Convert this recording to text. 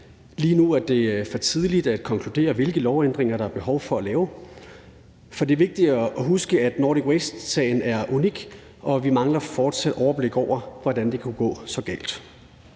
Lige nu er det for tidligt at konkludere, hvilke lovændringer der er behov for at lave, for det er vigtigt at huske, at Nordic Waste-sagen er unik, og vi mangler fortsat overblik over, hvordan det kunne gå så galt.